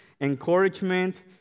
encouragement